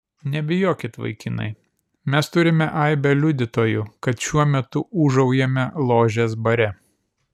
nebijokit vaikinai mes turime aibę liudytojų kad šiuo metu ūžaujame ložės bare